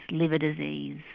liver disease,